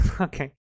Okay